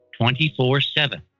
24-7